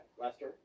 Lester